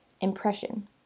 impression